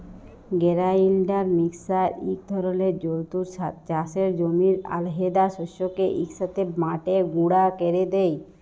grinder mixer ইক ধরলের যল্তর চাষের জমির আলহেদা শস্যকে ইকসাথে বাঁটে গুঁড়া ক্যরে দেই